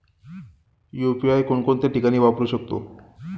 UPI कोणकोणत्या ठिकाणी वापरू शकतो?